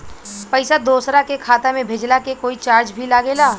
पैसा दोसरा के खाता मे भेजला के कोई चार्ज भी लागेला?